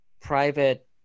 private